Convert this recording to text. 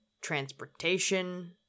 transportation